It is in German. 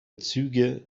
züge